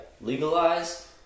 Legalize